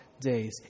days